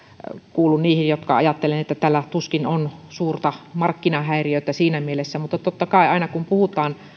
kuulun niihin jotka ajattelevat että tässä tuskin on suurta markkinahäiriötä siinä mielessä mutta totta kai kun puhutaan